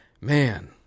man